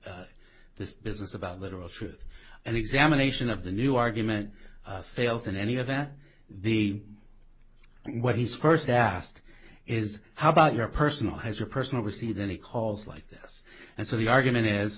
the business about literal truth and examination of the new argument fails in any of that the what he's first asked is how about your personal has your personal received any calls like this and so the argument